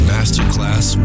Masterclass